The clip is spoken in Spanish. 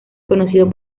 conocido